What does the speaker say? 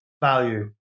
value